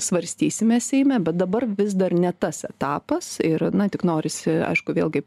svarstysime seime bet dabar vis dar ne tas etapas ir na tik norisi aišku vėlgi